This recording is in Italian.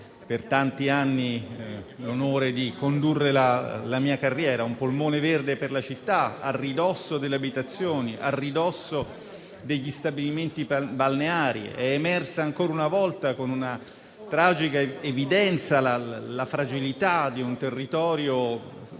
per tanti anni ho avuto l'onore di condurre la mia carriera: un polmone verde per la città, a ridosso delle abitazioni e degli stabilimenti balneari. È emersa ancora una volta con una tragica evidenza la fragilità di un territorio